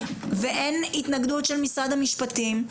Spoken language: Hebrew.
ואין התנגדות של משרד המשפטים,